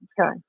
Okay